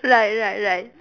right right right